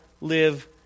live